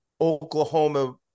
Oklahoma